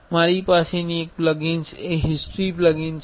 મારી પાસેની એક પ્લગીન એ હિસ્ટ્રિ પ્લગીન છે